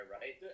right